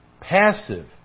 passive